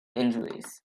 injuries